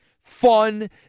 fun